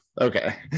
Okay